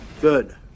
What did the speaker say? Good